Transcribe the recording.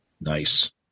Nice